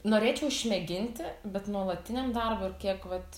norėčiau išmėginti bet nuolatiniam darbui ir kiek vat